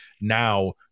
Now